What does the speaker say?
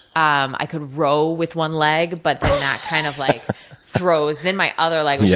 um i could row with one leg, but then that kind of like throws then my other leg, yeah